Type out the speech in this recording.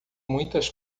muitas